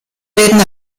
werden